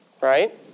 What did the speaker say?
right